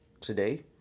today